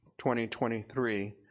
2023